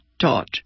taught